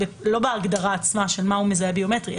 לא בהגדרה עצמה של מהו מזהה ביומטרי,